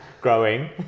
Growing